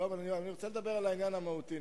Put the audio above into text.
לא, אבל אני רוצה לדבר על העניין המהותי.